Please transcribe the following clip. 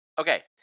Okay